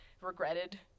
regretted